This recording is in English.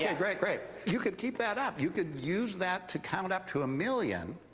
yeah great, great. you could keep that up. you could use that to count up to a million.